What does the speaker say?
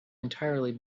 entirely